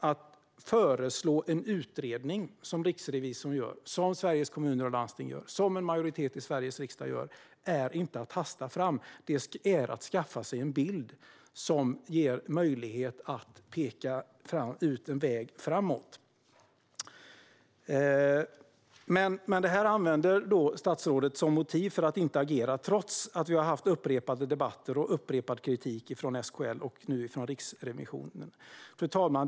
Att föreslå en utredning, som riksrevisorn gör, som Sveriges Kommuner och Landsting gör, som en majoritet i Sveriges riksdag gör, är inte att hasta fram, fru talman. Det är att skaffa sig en bild som ger möjlighet att peka ut en väg framåt. Men det här använder statsrådet som motiv för att inte agera, trots att det har varit upprepade debatter och upprepad kritik från SKL och nu från Riksrevisionen. Fru talman!